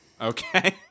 Okay